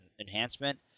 enhancement